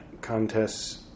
contests